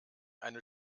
eine